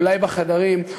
אולי בחדרים,